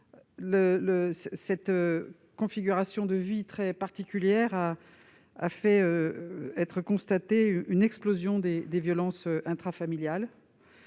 cette configuration de vie très particulière a provoqué une explosion des violences intrafamiliales.